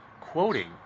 quoting